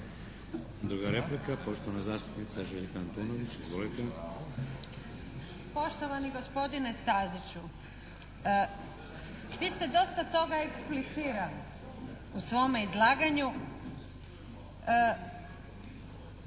Druga replika, poštovana zastupnica Željka Antunović. Izvolite. **Antunović, Željka (SDP)** Poštovani gospodine Staziću. Vi ste dosta toga eksplicirali u svome izlaganju